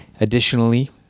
Additionally